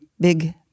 big